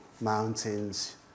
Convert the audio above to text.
mountains